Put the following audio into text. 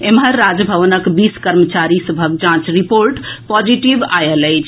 एम्हर राजभवनक बीस कर्मचारी सभक जांच रिपोर्ट पॉजिटिव आएल अछि